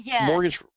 mortgage